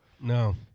No